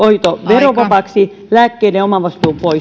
verovapaaksi lääkkeiden omavastuu pois